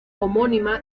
homónima